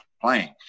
playing